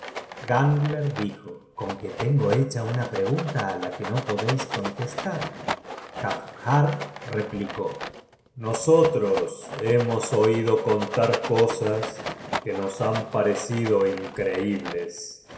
gangler dijo conque tengo hecha una pregunta á la que no podeis contestar jafnhar replicó nosotros hemos oido contar cosas que nos han parecido increibles el